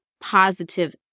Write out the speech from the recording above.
positive